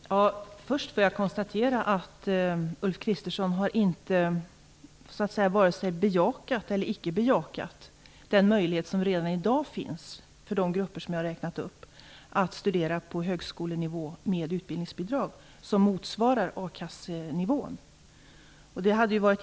Fru talman! Först får jag konstatera att Ulf Kristersson inte har vare sig bejakat eller icke bejakat den möjlighet som redan i dag finns - för de grupper som jag har räknat upp - att studera på högskolenivå med utbildningsbidrag som motsvarar a-kassenivån.